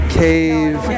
cave